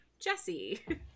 jesse